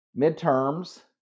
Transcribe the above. midterms